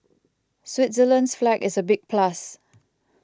Switzerland's flag is a big plus